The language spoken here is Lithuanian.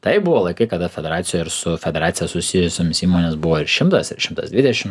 taip buvo laikai kada federacija ir su federacija susijusiomis įmonės buvo ir šimtas ir šimtas dvidešim